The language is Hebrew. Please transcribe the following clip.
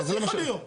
מה זה יכול להיות?